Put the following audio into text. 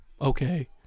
okay